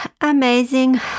amazing